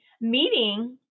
meeting